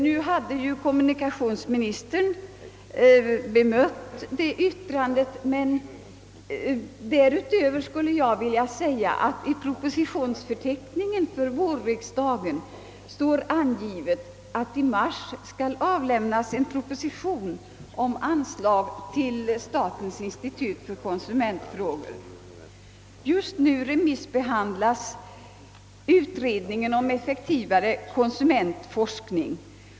Nu har kommunikationsministern bemött det yttrandet, men därutöver vill jag nämna, att i propositionsförteckningen för vårriksdagen står angivet att en proposition om anslag till statens institut för konsumentfrågor skall avlämnas i mars. Just nu remissbehandlas utredningen om effektivare konsumentforskning.